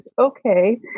okay